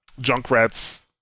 Junkrat's